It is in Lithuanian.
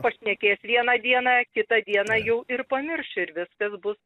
pašnekės vieną dieną kitą dieną jau ir pamirš ir viskas bus